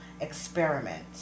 experiment